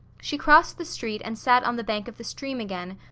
she crossed the street and sat on the bank of the stream again,